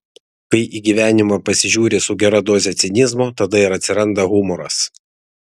kai į gyvenimą pasižiūri su gera doze cinizmo tada ir atsiranda humoras